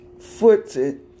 footed